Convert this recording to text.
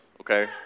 okay